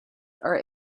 are